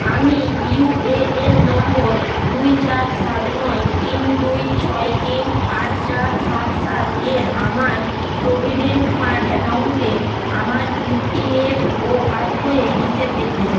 আমি UAN number দুই চার সাত নয় তিন দুই ছয় তিন আট চার সাত সাত এর আমার প্রভিডেন্ট ফাণ্ড অ্যাকাউন্টে আমার ইউপিএফও পাসবইয়ের হিসেব দেখতে চাই